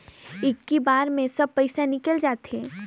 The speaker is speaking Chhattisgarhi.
इक्की बार मे सब पइसा निकल जाते?